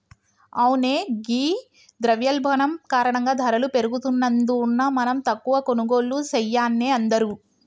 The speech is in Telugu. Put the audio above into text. అవునే ఘీ ద్రవయోల్బణం కారణంగా ధరలు పెరుగుతున్నందున మనం తక్కువ కొనుగోళ్లు సెయాన్నే అందరూ